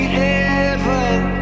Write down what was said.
heaven